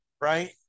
right